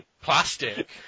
plastic